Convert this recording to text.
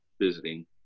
visiting